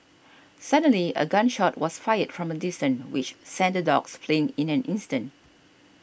suddenly a gun shot was fired from a distance which sent the dogs fleeing in an instant